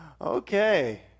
Okay